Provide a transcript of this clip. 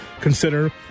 consider